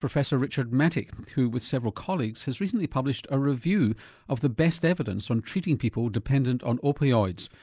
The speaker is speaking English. professor richard mattick who, with several colleagues, has recently published a review of the best evidence on treating people dependent on opioids,